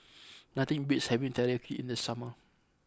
nothing beats having Teriyaki in the summer